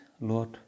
Lord